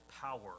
power